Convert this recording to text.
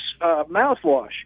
mouthwash